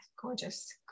Gorgeous